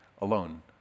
alone